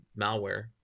malware